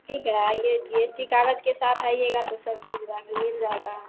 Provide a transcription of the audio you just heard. ठीक है आइए जी एस टी कागज़ के साथ आइएगा तो सब चीज़ उधार में मिल जाएगी